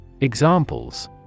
Examples